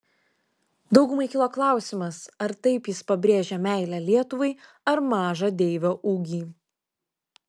daugumai kilo klausimas ar taip jis pabrėžė meilę lietuvai ar mažą deivio ūgį